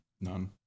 None